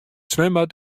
swimbad